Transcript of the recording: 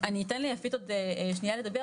אני אתן ליפית בעוד שנייה לדבר,